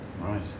Right